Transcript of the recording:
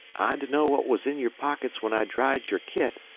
i dunno what was in your pockets when i dried your kit,